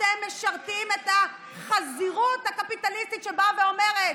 אתם משרתים את החזירות הקפיטליסטית שבאה ואומרת: